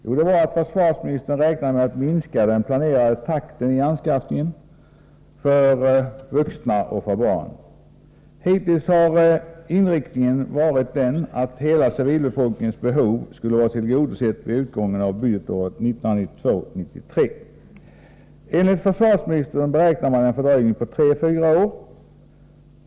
Jo, det var att försvarsministern räknar med att minska den planerade takten i anskaffningen av skyddsmasker för vuxna och för barn. Hittills har inriktningen varit den att hela civilbefolkningens behov skulle vara tillgodosett vid utgången av budgetåret 1992/93. Enligt försvarsministern beräknar man en fördröjning på tre å fyra år.